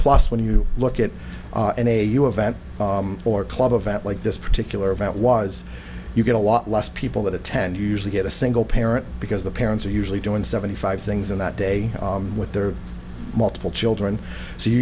plus when you look at an a you a vent or club event like this particular event was you get a lot less people that attend you usually get a single parent because the parents are usually doing seventy five things in that day with their multiple children so you